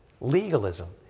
legalism